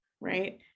Right